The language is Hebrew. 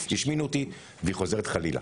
השמינו אותי" וזה חוזר חלילה.